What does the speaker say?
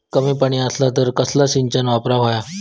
कमी पाणी असला तर कसला सिंचन वापराक होया?